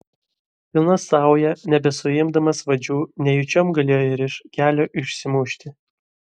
pilna sauja nebesuimdamas vadžių nejučiom galėjo ir iš kelio išsimušti